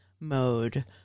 mode